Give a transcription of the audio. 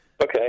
Okay